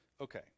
Okay